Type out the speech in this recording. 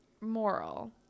Moral